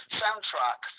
soundtrack